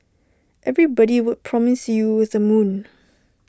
everybody would promise you with A moon